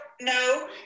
No